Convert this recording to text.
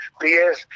BS